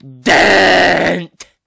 dent